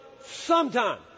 sometime